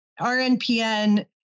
RNPN